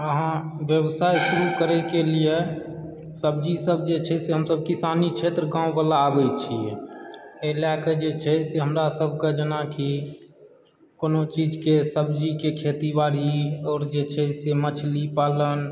हँ व्यवसाय शुरु करयके लिए सब्जीसभ जे छै से हमसभ किसानी क्षेत्र गांँववला आबैत छियै एहि लऽकऽ जे छै हमरा सभकऽ जेनाकि कोनो चीजकेँ सब्जीके खेती बाड़ी आओर जे छै से मछली पालन